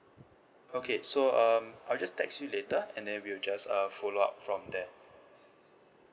okay so um I will just text you later and then we'll just uh follow up from there